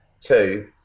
Two